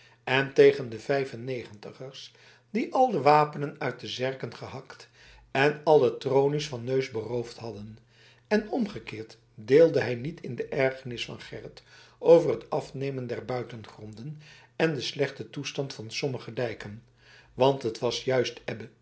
en tegen de vijfennegentigers die al de wapenen uit de zerken gehakt en alle tronies van neus beroofd hadden en omgekeerd deelde hij niet in de ergernis van gerrit over het afnemen der buitengronden en den slechten toestand van sommige dijken want het was juist